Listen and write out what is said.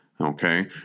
Okay